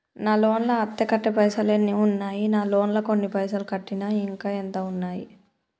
నా లోన్ లా అత్తే కట్టే పైసల్ ఎన్ని ఉన్నాయి నా లోన్ లా కొన్ని పైసల్ కట్టిన ఇంకా ఎంత ఉన్నాయి?